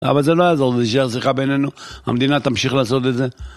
אבל זה לא יעזור, זה שייך שיחה בינינו, המדינה תמשיך לעשות את זה.